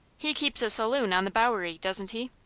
he keeps a saloon on the bowery, doesn't he?